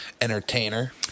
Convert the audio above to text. entertainer